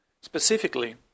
Specifically